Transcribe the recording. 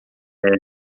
como